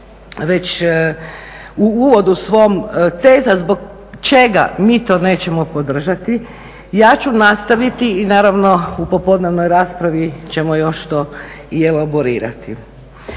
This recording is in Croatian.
već, u uvodu svom, teza zbog čega mi to nećemo podržati. Ja ću nastaviti i naravno u popodnevnoj raspravi ćemo još to i elaborirati.